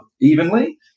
evenly